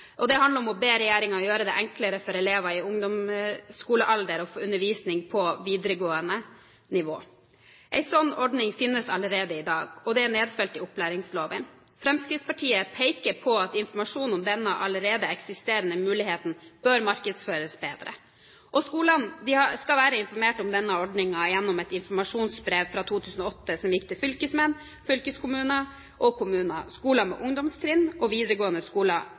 og handler om å be regjeringen gjøre det enklere for elever i ungdomsskolealder å få undervisning på videregående nivå. En slik ordning finnes allerede i dag, og det er nedfelt i opplæringsloven. Fremskrittspartiet peker på at informasjon om denne allerede eksisterende muligheten bør markedsføres bedre. Skolene skal være informert om denne ordningen gjennom et brev fra 2008 som gikk til fylkesmenn, fylkeskommuner, kommuner, skoler med ungdomstrinn og videregående skoler,